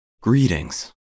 Greetings